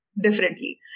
differently